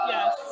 Yes